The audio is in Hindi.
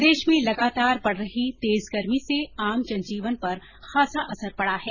प्रदेश में लगातार बढ रही तेज गर्मी से आम जनजीवन पर खासा असर पडा है